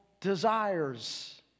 desires